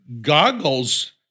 goggles